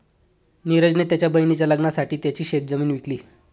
निरज ने त्याच्या बहिणीच्या लग्नासाठी त्याची शेतीची जमीन विकली